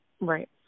Right